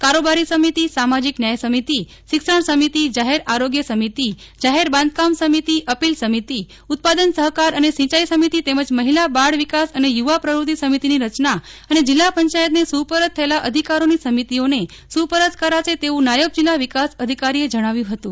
કારોબારી સમિતિ સામાજિક ન્યાય સમિતિ શિક્ષણ સમિતિ જાહેર આરોગ્ય સમિતિ જાહેર બાંધધામ સમિતિ અપીલ સમિતિ ઉત્પાદન સહકાર અને સિંચાઈ સમિતિ તેમજ મહિલા બાળ વિકાસ અને યૂવા પ્રવૃત્તિ સમિતિની રચના અને જિલ્લા પંચાયતને સુપરત થયેલા અધિકારોની સમિતિ ઓને સુપરત કરાશે તેવું નાયબ જિલ્લા વિકાસ અધિકારી એ જણાવ્યું હતું